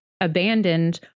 abandoned